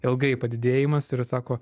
ilgai padidėjimas ir sako